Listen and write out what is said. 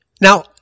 Now